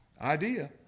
idea